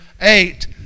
eight